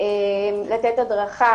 לתת הדרכה.